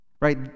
right